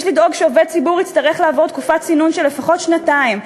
יש לדאוג שעובד ציבור יצטרך לעבור תקופת צינון של לפחות שנתיים,